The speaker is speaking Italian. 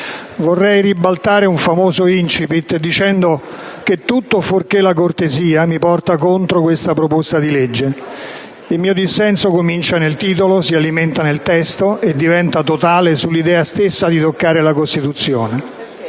Vorrei ribaltare un famoso *incipit* dicendo che tutto, fuorché la cortesia, mi porta contro questa proposta di legge. Il mio dissenso comincia dal titolo, si alimenta dal testo e diventa totale sull'idea stessa di toccare la Costituzione.